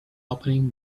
opening